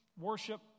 worship